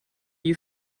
you